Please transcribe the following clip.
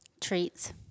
Treats